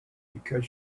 because